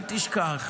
אל תשכח.